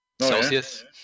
celsius